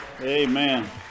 Amen